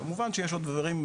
כמובן שיש עוד דברים,